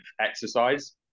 exercise